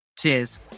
Cheers